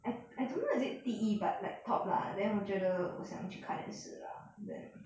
I I don't know is it 第一 but like top lah then 我觉得我想去看也是 lah then